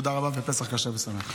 תודה רבה ופסח כשר ושמח.